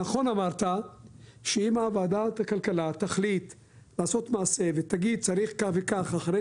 נכון אמרת שאם ועדת הכלכלה תחליט לעשות מעשה ותגיד שצריך כך וכך אחרי